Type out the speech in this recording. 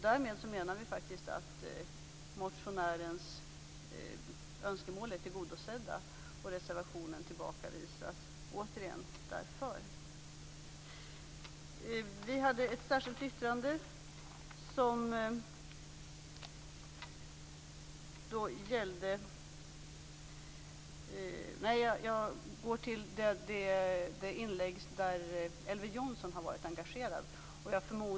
Därmed menar vi faktiskt att motionärens önskemål är tillgodosedda, och reservationen tillbakavisas återigen därför. Jag går till den fråga där Elver Jonsson har varit engagerad.